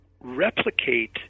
replicate